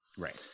Right